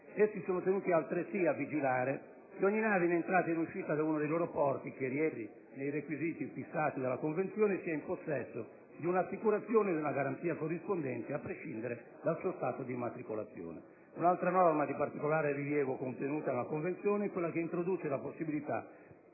essi sono tenuti altresì a vigilare che ogni nave in entrata o in uscita da uno dei loro porti, che rientri nei requisiti fissati dalla Convenzione, sia in possesso di un'assicurazione o di una garanzia corrispondente, a prescindere dal suo Stato di immatricolazione. Un'altra norma di particolare rilievo, contenuta nella Convenzione, è quella che introduce la possibilità